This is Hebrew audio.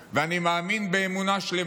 ואני מאמין באמונה שלמה